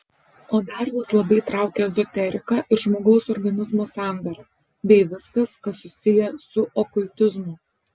o dar juos labai traukia ezoterika ir žmogaus organizmo sandara bei viskas kas susiję su okultizmu